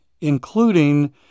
including